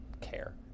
care